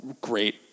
great